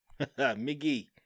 Miggy